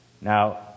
Now